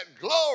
glory